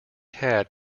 had